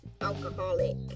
alcoholic